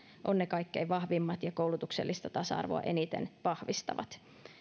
ovat ne kaikkein vahvimmat ja koulutuksellista tasa arvoa eniten vahvistavat